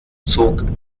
zog